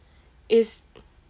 is